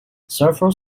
several